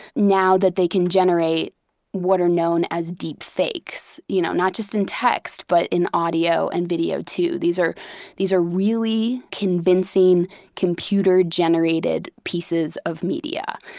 now that they can generate what are known as deep fakes, you know, not just in text, but in audio and video too. these are these are really convincing computer-generated pieces of media.